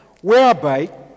whereby